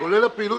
לא יודע,